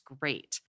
great